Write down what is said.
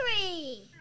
three